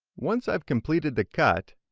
once i have completed the cut,